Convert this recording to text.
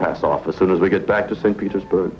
pass off as soon as we get back to st petersburg